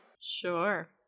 Sure